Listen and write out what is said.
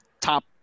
top